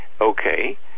okay